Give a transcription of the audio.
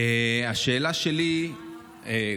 השאלה שלי היא,